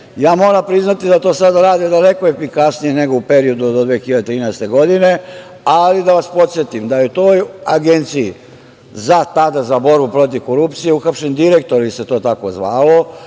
Ja moram priznati da to sada rade daleko efikasnije, nego u periodu do 2013. godine. Da vas podsetim, da je u toj Agenciji za borbu protiv korupcije uhapšen direktor, jer se to tako zvalo,